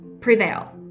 prevail